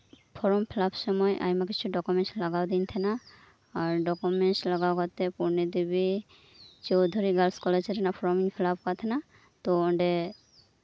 form fill up ᱥᱚᱢᱚᱭ ᱟᱭᱢᱟ ᱠᱤᱪᱷᱩ ᱰᱚᱠᱚᱢᱮᱱᱴᱥ ᱞᱟᱜᱟᱣ ᱞᱤᱫᱤᱧᱟ ᱟᱨ ᱰᱚᱠᱚᱢᱮᱱᱴᱥ ᱞᱟᱜᱟᱣ ᱠᱟᱛᱮᱜ ᱯᱩᱱᱱᱤ ᱫᱮᱵᱤ ᱪᱳᱫᱷᱩᱨᱤ ᱜᱟᱨᱥ ᱠᱚᱞᱮᱡᱽ ᱨᱮᱭᱟᱜ ᱯᱷᱚᱨᱚᱢ ᱤᱧ ᱯᱷᱤᱞᱟᱯ ᱠᱟᱜ ᱛᱟᱸᱦᱮᱱᱟ ᱛᱳ ᱚᱱᱰᱮ